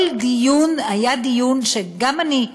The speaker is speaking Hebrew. כל דיון היה דיון שגם אני,